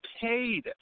paid